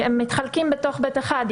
בתוך ב/1 הם מתחלקים.